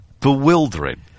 bewildering